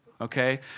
Okay